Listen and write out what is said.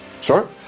Sure